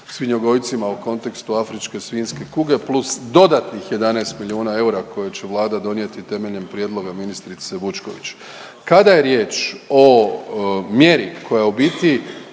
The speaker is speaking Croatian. svinjogojcima u kontekstu afričke svinjske kuge plus dodatnih 11 milijuna eura koje će Vlada donijeti temeljem prijedloga ministrice Vučković. Kada je riječ o mjeri koja je u biti